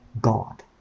God